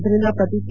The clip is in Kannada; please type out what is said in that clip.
ಇದರಿಂದ ಪ್ರತಿ ಕೆ